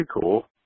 cool